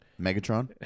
Megatron